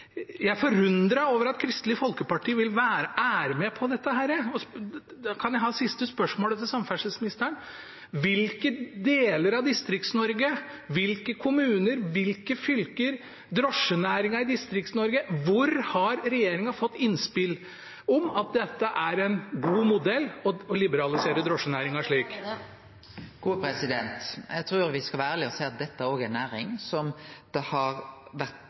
Jeg er forundret over at Kristelig Folkeparti er med på dette, og jeg har et siste spørsmål til samferdselsministeren: I hvilke deler av Distrikts-Norge, i hvilke kommuner, i hvilke fylker – hvor har regjeringen fått innspill om at det er en god modell å liberalisere drosjenæringen i Distrikts-Norge slik? Eg trur me skal vere ærlege og seie at dette er ei næring som har vore i ein krevjande situasjon òg før 1. november. Det